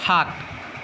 সাত